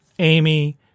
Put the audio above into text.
Amy